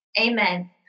Amen